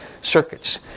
circuits